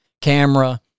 camera